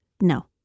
No